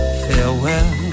farewell